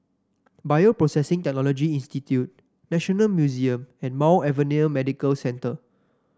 Bioprocessing Technology Institute National Museum and Mount Alvernia Medical Centre